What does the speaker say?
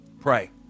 Pray